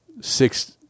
six